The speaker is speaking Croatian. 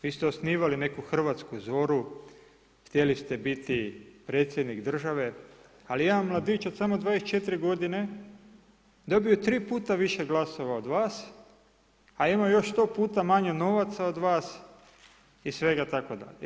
Vi ste osnivali neku Hrvatsku zoru, htjeli ste biti predsjednik države, ali jedan mladić od samo 24 godine dobio je tri puta više glasova od vas, a ima još 100 puta manje novaca od vas i svega tako dalje.